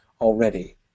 already